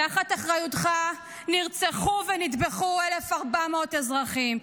תחת אחריותך נרצחו ונטבחו 1,400 אזרחים,